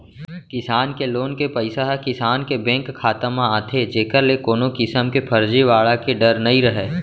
किसान के लोन के पइसा ह किसान के बेंक खाता म आथे जेकर ले कोनो किसम के फरजीवाड़ा के डर नइ रहय